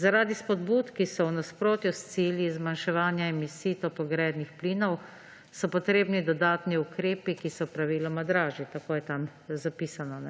Zaradi spodbud, ki so v nasprotju s cilji zmanjševanje misij toplogrednih plinov, so potrebni dodatni ukrepi, ki so praviloma dražji − tako je tam zapisano.